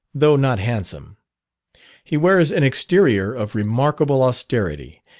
though not handsome he wears an exterior of remarkable austerity,